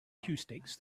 acoustics